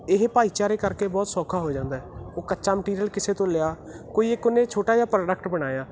ਇਹ ਭਾਈਚਾਰੇ ਕਰਕੇ ਬਹੁਤ ਸੌਖਾ ਹੋ ਜਾਂਦਾ ਉਹ ਕੱਚਾ ਮਟੀਰੀਅਲ ਕਿਸੇ ਤੋਂ ਲਿਆ ਕੋਈ ਇੱਕ ਉਹਨੇ ਛੋਟਾ ਜਿਹਾ ਪ੍ਰੋਡਕਟ ਬਣਾਇਆ